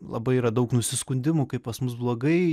labai yra daug nusiskundimų kaip pas mus blogai